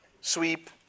sweep